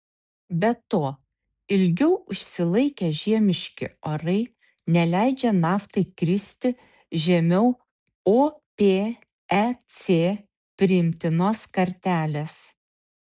be to ilgiau užsilaikę žiemiški orai neleidžia naftai kristi žemiau opec priimtinos kartelės